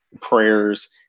prayers